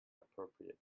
appropriate